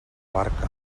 barca